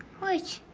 which?